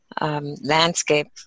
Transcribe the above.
Landscape